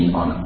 on